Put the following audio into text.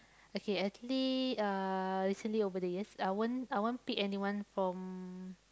okay actually uh recently over the years I won't I won't pick anyone from